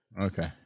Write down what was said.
Okay